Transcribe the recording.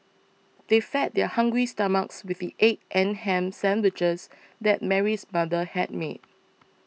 they fed their hungry stomachs with the egg and ham sandwiches that Mary's mother had made